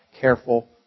careful